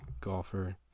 golfer